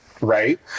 Right